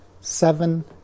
seven